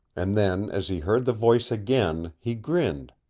and then, as he heard the voice again, he grinned,